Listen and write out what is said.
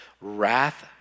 wrath